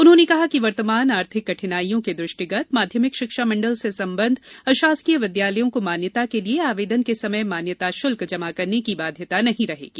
उन्होंने कहा कि वर्तमान आर्थिक कठिनाइयों के दृष्टिगत माध्यमिक शिक्षा मण्डल से संबद्ध अशासकीय विद्यालयों को मान्यता के लिये आवेदन के समय मान्यता शुल्क जमा करने की बाध्यता नहीं रहेगी